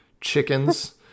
chickens